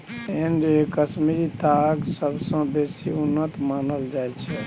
grade A Kashmiri ताग सबसँ बेसी उन्नत मानल जाइ छै